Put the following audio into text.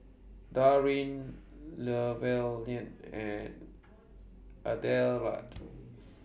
Darrin Llewellyn and Adelard